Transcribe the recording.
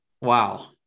Wow